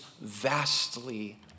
vastly